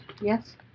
Yes